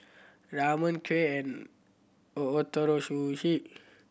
Ramen Kheer and Ootoro Sushi